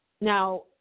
Now